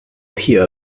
hear